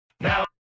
Now